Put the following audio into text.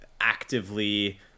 actively